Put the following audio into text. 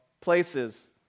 places